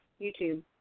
YouTube